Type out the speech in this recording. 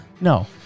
No